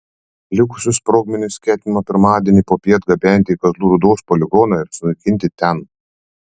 likusius sprogmenis ketinama pirmadienį popiet gabenti į kazlų rūdos poligoną ir sunaikinti ten